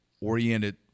oriented